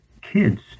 kids